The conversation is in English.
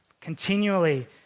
continually